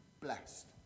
blessed